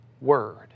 word